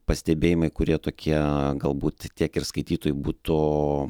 pastebėjimai kurie tokie galbūt tiek ir skaitytojui būtų